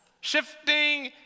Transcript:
Shifting